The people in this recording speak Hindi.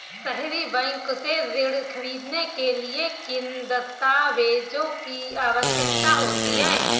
सहरी बैंक से ऋण ख़रीदने के लिए किन दस्तावेजों की आवश्यकता होती है?